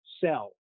sell